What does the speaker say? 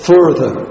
Further